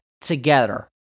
together